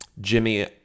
Jimmy